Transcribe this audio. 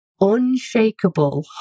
unshakable